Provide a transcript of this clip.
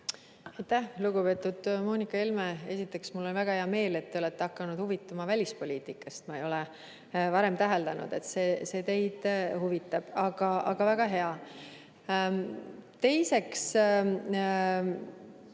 lugupeetud Moonika Helme! Esiteks, mul on väga hea meel, et te olete hakanud huvituma välispoliitikast. Ma ei ole varem täheldanud, et see teid huvitab. Aga väga hea! Teiseks,